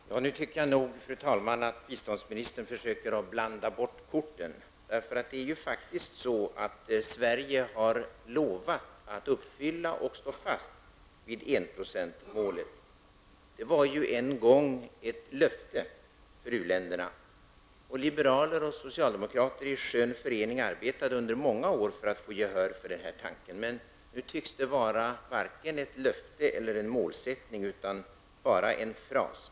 Fru talman! Nu tycker jag nog att biståndsministern försöker att blanda bort korten. Sverige har faktiskt lovat att uppfylla och stå fast vid enprocentsmålet. Det var en gång ett löfte till uländerna, och liberaler och socialdemokrater i skön förening arbetade i många år för att få gehör för denna tanke. Men nu tycks det vara varken ett löfte eller en målsättning utan bara en fras.